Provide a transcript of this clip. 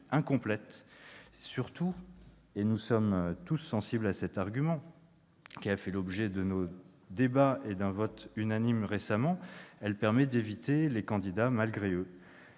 Surtout- nous sommes tous sensibles à cet argument, qui a fait l'objet de nos débats et d'un vote unanime récemment -, elle permet d'éviter les « candidats malgré eux